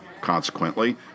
consequently